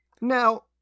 Now